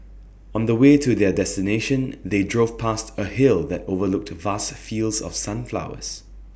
on the way to their destination they drove past A hill that overlooked vast fields of sunflowers